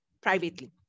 privately